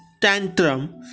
tantrum